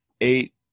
eight